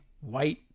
white